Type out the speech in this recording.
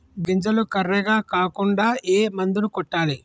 గింజలు కర్రెగ కాకుండా ఏ మందును కొట్టాలి?